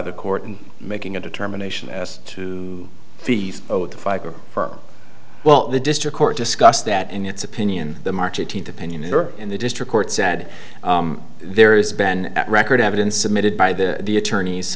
the court in making a determination as to the oath for well the district court discussed that in its opinion the march eighteenth opinion or in the district court said there is been at record evidence submitted by the the attorneys